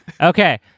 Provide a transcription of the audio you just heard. Okay